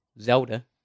Zelda